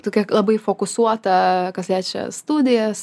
tokia labai fokusuota kas liečia studijas